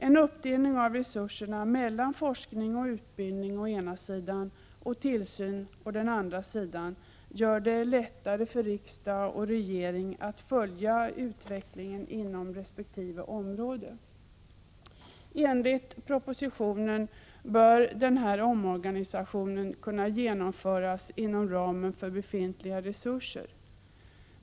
En uppdelning av resurserna mellan forskning och utbildning å ena sidan och tillsyn å den andra sidan gör det lättare för riksdag och regering att följa utvecklingen inom resp. område. Enligt propositionen bör denna omorganisation kunna genomföras inom ramen för befintliga resurser.